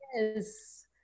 Yes